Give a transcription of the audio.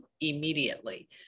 immediately